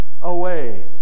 away